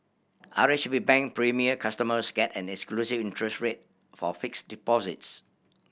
R H B Bank Premier customers get an exclusive interest rate for fixed deposits